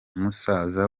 musaza